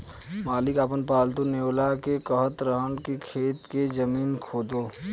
मालिक आपन पालतु नेओर के कहत रहन की खेत के जमीन खोदो